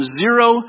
zero